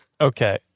Okay